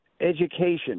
education